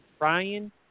Ryan